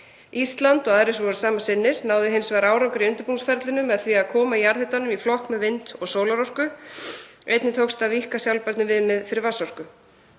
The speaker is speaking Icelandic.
Ísland, og aðrir sem voru sama sinnis, náðu hins vegar árangri í undirbúningsferlinu með því að koma jarðhitanum í flokk með vind- og sólarorku. Einnig tókst að víkka sjálfbærniviðmið fyrir vatnsorku.